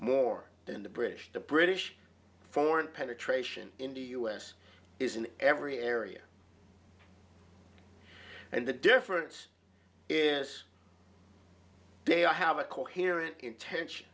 more than the british the british foreign penetration in the us is in every area and the difference is they are have a coherent intention